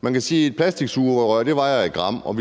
man kan jo sige, at et plastiksugerør vejer 1 gram, og at